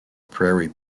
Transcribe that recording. prairie